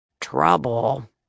Trouble